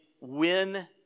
win